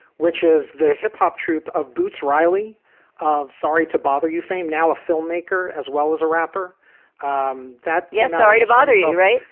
which is the hip hop troupe of boots riley of sorry to bother you fame. now a filmmaker as well as a rapper um that. yeah, sorry to bother you. all right.